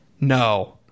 No